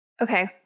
Okay